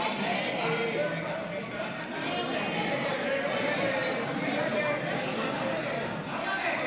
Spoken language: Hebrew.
ההסתייגויות לסעיף 05 בדבר תוספת תקציב לא נתקבלו.